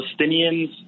Palestinians